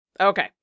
Okay